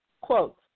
quote